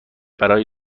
برای